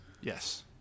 Yes